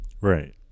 Right